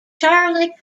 charlie